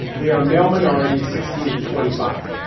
they are male minorities, sixteen twenty five.